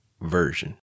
Version